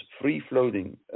free-floating